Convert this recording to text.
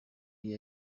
yaba